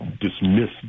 dismiss